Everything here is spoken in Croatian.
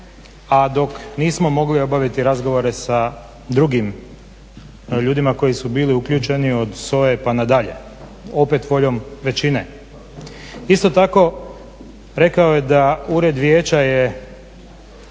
a dok nismo mogli obaviti razgovore sa drugim ljudima koji su bili uključeni od SOA-e pa nadalje opet voljom većine. Isto tako rekao je da Ured vijeća je